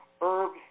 herbs